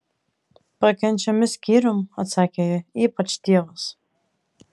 pakenčiami skyrium atsakė ji ypač tėvas